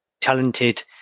talented